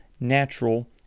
natural